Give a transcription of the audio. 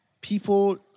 People